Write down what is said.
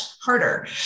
harder